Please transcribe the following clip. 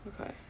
Okay